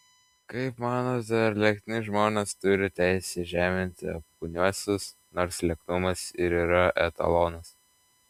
kaip manote ar liekni žmonės turi teisę žeminti apkūniuosius nors lieknumas ir yra etalonas